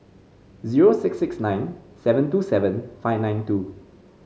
zero six six nine seven two seven five nine two